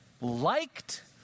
liked